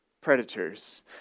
predators